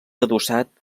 adossat